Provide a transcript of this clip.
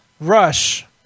Rush